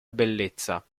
bellezza